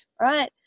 right